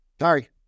Sorry